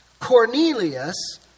Cornelius